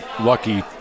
lucky